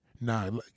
Nah